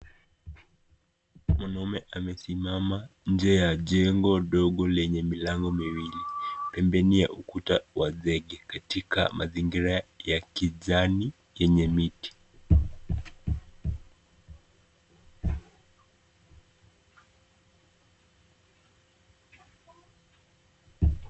Mwanaume amesimama nje ya jengo ndogo lenye milango miwili. Pembeni ya ukuta wa zenge katika mazingira ya kijani yenye miti.